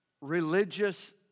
religious